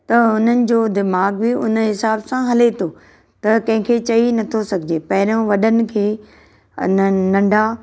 त हुननि जो दीमाग़ु बि उन हिसाब सां हले थो त कंहिंखे चई नथो सघिजे पहिरियों वॾनि खे नंढा